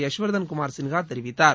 யஷ்வர்தன் குமார் சின்ஹா தெரிவித்தார்